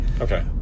Okay